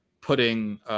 putting